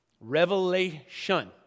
Revelation